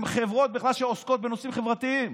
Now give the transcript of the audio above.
הן חברות שעוסקות בכלל בנושאים חברתיים,